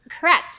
Correct